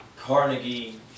Carnegie